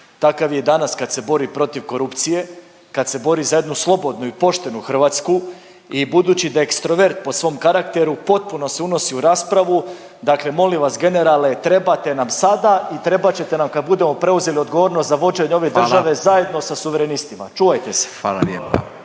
takav je i danas kad se bori protiv korupcije, kad se bori za jednu slobodnu i poštenu Hrvatsku. I budući da je ekstrovert po svom karakteru potpuno se unosi u raspravu. Dakle, molim vas generale trebate nam sada i trebat ćete nam kad budemo preuzeli odgovornost za vođenje ove države zajedno sa Suverenistima. Čuvajte se!